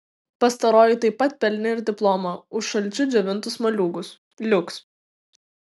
pastaroji taip pat pelnė ir diplomą už šalčiu džiovintus moliūgus liuks